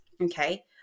okay